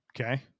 Okay